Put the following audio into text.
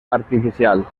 artificial